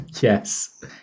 Yes